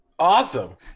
Awesome